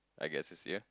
I guess it's here